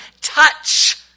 touch